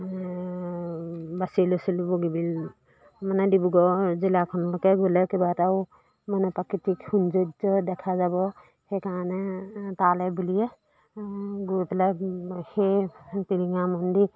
বাছি লৈছিলোঁ বগীবিল মানে ডিব্ৰুগড় জিলাখনলৈকে গ'লে কেইবাটাও মানে প্ৰাকৃতিক সৌন্দয্য দেখা যাব সেইকাৰণে তালৈ বুলিয়ে গৈ পেলাই সেই টিলিঙা মন্দিৰ